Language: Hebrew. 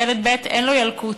ילד ב', אין לו ילקוט,